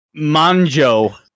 manjo